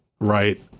right